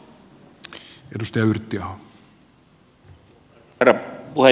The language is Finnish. arvoisa herra puhemies